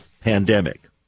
pandemic